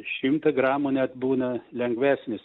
šimtą gramų net būna lengvesnės